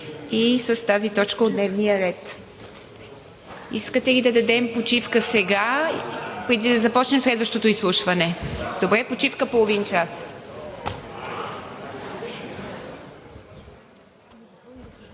и с тази точка от дневния ред. Искате ли да дадем почивка сега, преди да започнем следващото изслушване? (Шум и реплики.) Добре, почивка половин час.